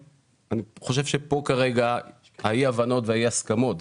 אני חושב שיש עדיין אי הבנות ואי הסכמות.